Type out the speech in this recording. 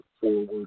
forward